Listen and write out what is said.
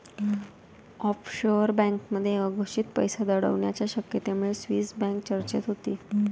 offshore बँकांमध्ये अघोषित पैसा दडवण्याच्या शक्यतेमुळे स्विस बँक चर्चेत होती